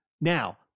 now